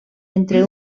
entre